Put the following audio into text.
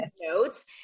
notes